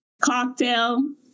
cocktail